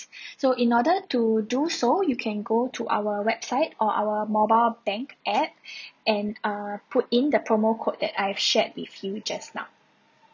so in order to do so you can go to our website or our mobile bank app and err put in the promo code that I've shared with you just now